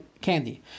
candy